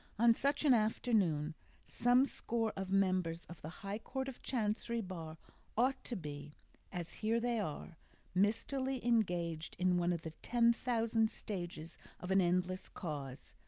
on such an afternoon some score of members of the high court of chancery bar ought to be as here they are mistily engaged in one of the ten thousand stages of an endless cause,